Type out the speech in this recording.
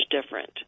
different